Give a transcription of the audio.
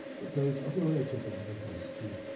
but those of related individuals, too.